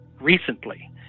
recently